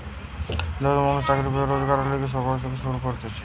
দরিদ্র মানুষদের চাকরি পেয়ে রোজগারের লিগে সরকার থেকে শুরু করতিছে